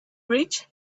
rich